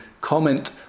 comment